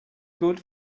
good